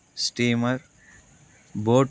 steamer boat